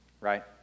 right